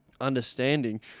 understanding